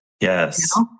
yes